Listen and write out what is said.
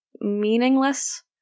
meaningless